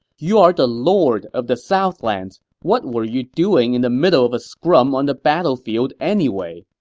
you are the lord of the southlands. what were you doing in the middle of a scrum on the battlefield anyway?